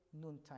noontime